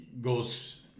goes